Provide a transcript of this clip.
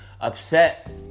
upset